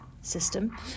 system